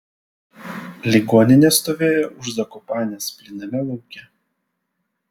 ligoninė stovėjo už zakopanės plyname lauke